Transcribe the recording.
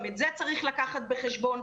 גם את זה צריך לקחת בחשבון.